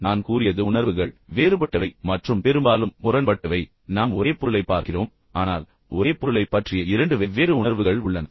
நான் கூறியது உணர்வுகள் வேறுபட்டவை மற்றும் பெரும்பாலும் முரண்பட்டவை நாம் ஒரே பொருளைப் பார்க்கிறோம் ஆனால் ஒரே பொருளைப் பற்றிய இரண்டு வெவ்வேறு உணர்வுகள் உள்ளன